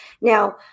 Now